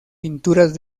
pinturas